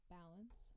balance